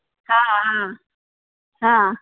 हा हा हा